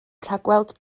rhagweld